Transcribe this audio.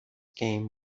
game